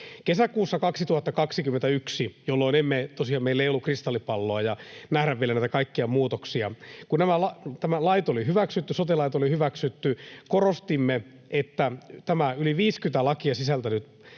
Kesäkuussa 2021, jolloin tosiaan meillä ei ollut kristallipalloa nähdä vielä näitä kaikkia muutoksia, kun nämä sote-lait oli hyväksytty, korostimme, että tämä yli 50 lakia sisältänyt